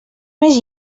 més